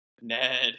Ned